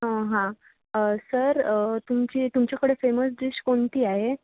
हां सर तुमची तुमच्याकडे फेमस डिश कोणती आहे